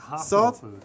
Salt